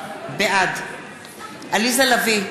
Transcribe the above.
בעד עליזה לביא,